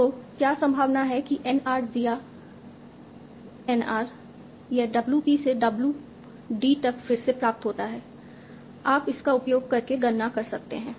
तो क्या संभावना है कि N r दिया N r यह W p से W d तक फिर से प्राप्त होता है आप इसका उपयोग करके गणना कर सकते हैं